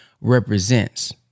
represents